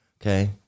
okay